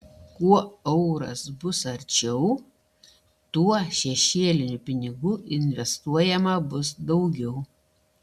kuo euras bus arčiau tuo šešėlinių pinigų investuojama bus daugiau